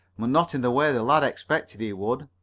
but not in the way the lad expected he would.